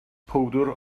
bowdr